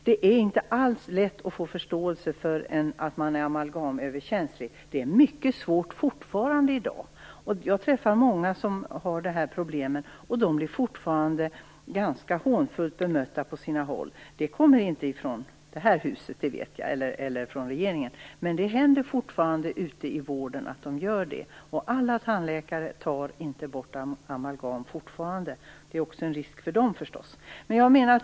Det är inte alls lätt att få förståelse för att man amalgamöverkänslig. Det är fortfarande mycket svårt. Jag träffar många som har dessa problem, och de blir fortfarande ganska hånfullt bemötta på sina håll. Det kommer inte från riksdagen eller regeringen, det vet jag. Men det händer alltså fortfarande ute i vården. Alla tandläkare tar heller inte bort amalgam. Det är också en risk för dem.